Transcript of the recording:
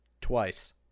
Twice